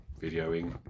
videoing